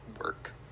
work